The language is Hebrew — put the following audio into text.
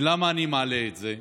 ולמה אני מעלה את זה?